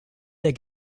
der